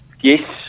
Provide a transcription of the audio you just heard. Yes